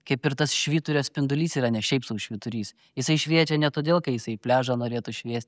kaip ir tas švyturio spindulys yra ne šiaip sau švyturys jisai šviečia ne todėl kai jisai į pliažą norėtų šviesti